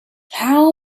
how